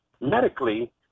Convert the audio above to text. medically